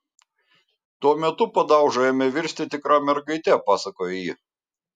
tuo metu padauža ėmė virsti tikra mergaite pasakoja ji